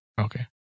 Okay